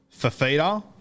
Fafita